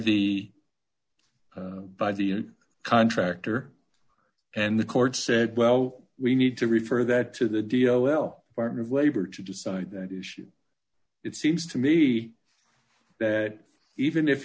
the by the contractor and the court said well we need to refer that to the d l l part of labor to decide that issue it seems to me that even if